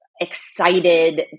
excited